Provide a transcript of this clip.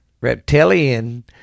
reptilian